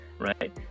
right